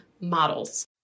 models